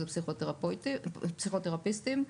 זה פסיכותרפיסטית.